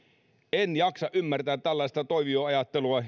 en jaksa ymmärtää tällaista toivioajattelua